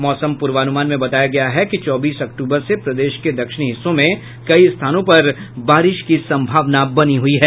मौसम पूर्वानुमान में बताया गया है कि चौबीस अक्टूबर से प्रदेश के दक्षिणी हिस्सों में कई स्थानों पर बारिश की संभावना बनी हुई है